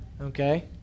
Okay